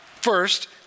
First